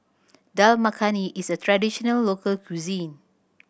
Dal Makhani is a traditional local cuisine